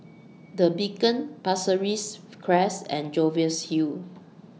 The Beacon Pasir Ris Crest and Jervois Hill